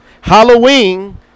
Halloween